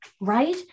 right